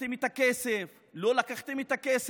לקחתם את הכסף, לא לקחתם את הכסף,